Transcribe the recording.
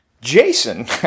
Jason